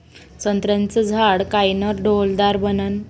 संत्र्याचं झाड कायनं डौलदार बनन?